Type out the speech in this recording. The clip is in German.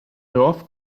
dorf